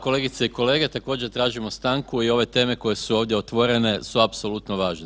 Kolegice i kolege, također tražimo stanku i ove teme koje su ovdje otvorene su apsolutno važne.